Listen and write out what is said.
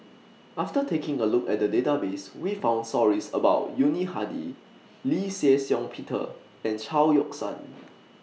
after taking A Look At The Database We found stories about Yuni Hadi Lee Shih Shiong Peter and Chao Yoke San